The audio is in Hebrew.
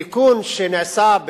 התיקון שנעשה,